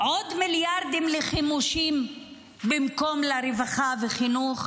עוד מיליארדים לחימושים במקום לרווחה ולחינוך?